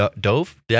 dove